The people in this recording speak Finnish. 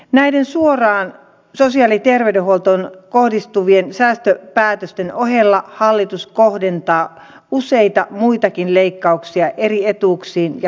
näiden suoraan sosiaali terveydenhuoltoon kohdistuvien säästöpäätösten ohella hallitus kohdentaa useita muitakin leikkauksia eri etuuksiin ja